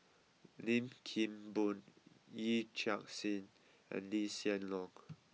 Lim Kim Boon Yee Chia Hsing and Lee Hsien Loong